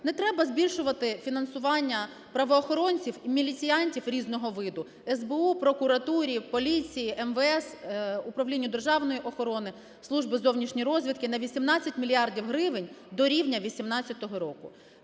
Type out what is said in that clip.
не треба збільшувати фінансування правоохоронців іміліціантів різного виду: СБУ, прокуратурі, поліції, МВС, Управлінню державної охорони, Службі зовнішньої розвідки - на 18 мільярдів гривень до рівня 18-го року.